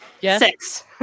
Six